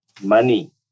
money